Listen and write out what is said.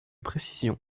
précisions